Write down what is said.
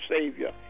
Savior